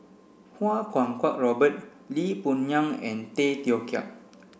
Kuo Kwong Robert Lee Boon Ngan and Tay Teow Kiat